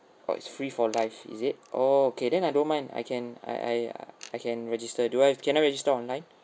oh it's free for life is it oh okay then I don't mind I can I I I can register do I can I register online